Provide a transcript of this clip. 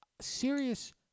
serious